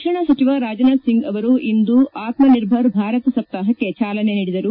ರಕ್ಷಣಾ ಸಚಿವ ರಾಜನಾಥ್ ಸಿಂಗ್ ಅವರು ಇಂದು ಆತ್ಮನಿರ್ಭರ್ ಭಾರತ್ ಸಪ್ತಾಹಕ್ಕೆ ಚಾಲನೆ ನೀಡಿದರು